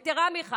יתרה מזו,